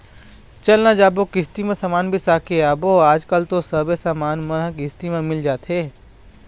चल न जाबो किस्ती म समान बिसा के आबो आजकल तो सबे समान मन ह किस्ती म मिल जाथे